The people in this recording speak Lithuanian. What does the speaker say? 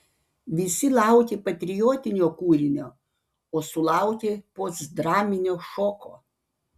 visi laukė patriotinio kūrinio o sulaukė postdraminio šoko